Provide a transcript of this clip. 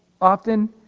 Often